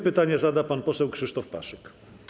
Pytanie zada pan poseł Krzysztof Paszyk.